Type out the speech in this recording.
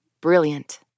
Brilliant